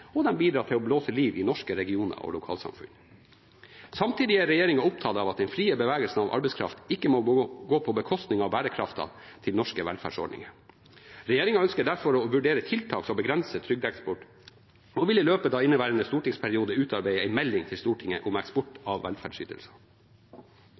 og de bidrar til å blåse liv i norske regioner og lokalsamfunn. Samtidig er regjeringen opptatt av at den frie bevegelsen av arbeidskraft ikke må gå på bekostning av bærekraften til norske velferdsordninger. Regjeringen ønsker derfor å vurdere tiltak som begrenser trygdeeksport og vil i løpet av inneværende stortingsperiode utarbeide en melding til Stortinget om eksport